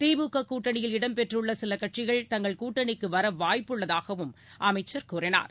திமுக கூட்டணியில் இடம்பெற்றுள்ள சில கட்சிகள் தங்கள் கூட்டணிக்கு வர வாய்ப்புள்ளதாகவும் அமைச்சர் கூறினார்